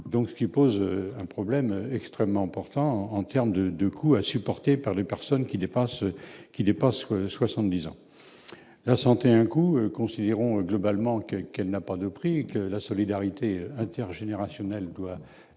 ce qui pose un problème extrêmement important en terme de de coûts à supporter par les personnes qui n'est pas ce qui n'est pas ce que 70 ans la santé a un coût, considérons globalement, quelle qu'elle n'a pas de prix que la solidarité intergénérationnelle doit être